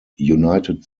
united